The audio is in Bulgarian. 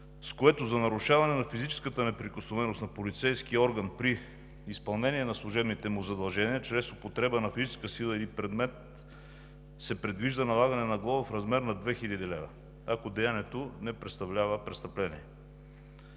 с което за нарушаване на физическата неприкосновеност на полицейски орган при изпълнение на служебните му задължения чрез употреба на физическа сила или предмет се предвижда налагане на глоба в размер на 2000 лв., ако деянието не представлява престъпление.